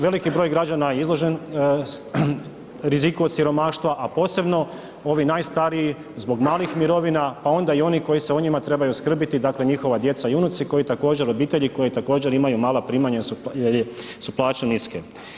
Veliki broj građana je izložen riziku od siromaštva, a posebno ovi najstariji zbog malih mirovina, pa onda i oni koji se o njima trebaju skrbiti, dakle njihova djeca i unuci koji također obitelji koje također imaju mala primanja jer su plaće niske.